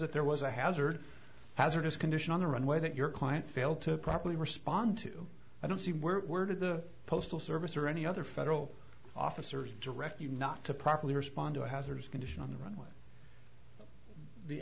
that there was a hazard hazardous condition on the runway that your client failed to properly respond to i don't see were the postal service or any other federal officers direct you not to properly respond to a hazardous condition on the runway the